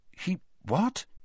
he—what